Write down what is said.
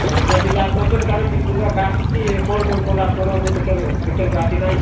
ହଁ ଆଜ୍ଞା ଟିକେ ଆମେ ନନ୍ଦନକାନନ ଟିକେ ବୁଲିବା ପାଇଁ ଆସିଚି କ'ଣ କ'ଣ କରିବାକୁ ପଡ଼ିବ ମୁଁ ତ କେବେ ଭିତରକୁ ଆସି ନାହିଁ